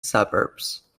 suburbs